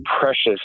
precious